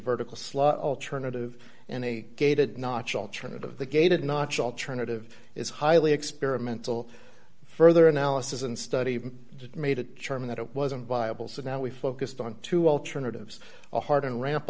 vertical slot alternative in a gated notch alternative the gated notch alternative is highly experimental further analysis and study made it charmin that it wasn't viable so now we focused on two alternatives the heart and ramp